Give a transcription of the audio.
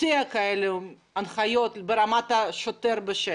הוציאה הנחיות כאלה ברמת השוטר והשטח?